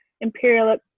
imperial